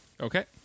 Okay